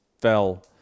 fell